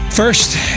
First